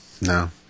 No